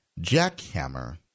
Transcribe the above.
jackhammer